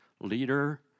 Leader